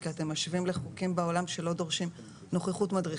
כי אתם משווים לחוקים בעולם שלא דורשים נוכחות מדריך,